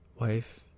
wife